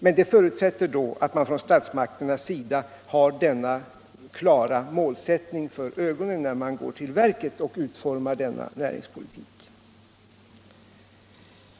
Men det förutsätter att statsmakterna har detta mål för ögonen när man går till verket och utformar sin näringspolitik.